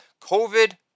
COVID